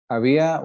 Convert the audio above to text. Había